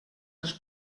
els